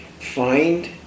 find